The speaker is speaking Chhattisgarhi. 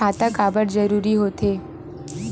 खाता काबर जरूरी हो थे?